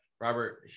Robert